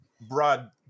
broad